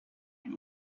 you